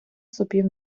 сопів